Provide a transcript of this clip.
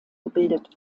gebildet